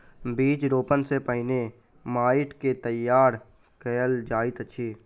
बीज रोपण सॅ पहिने माइट के तैयार कयल जाइत अछि